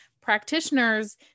practitioners